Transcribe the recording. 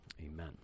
amen